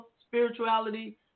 spirituality